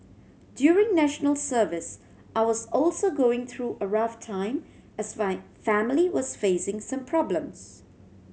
during National Service I was also going through a rough time as my family was facing some problems